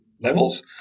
levels